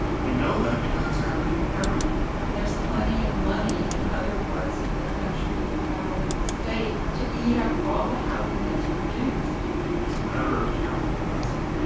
we know that because it's happening everywhere. there's plenty of money in and other parts of the country, the world, and the state to eat up all the housing that's produced. and it's a matter of capital investment.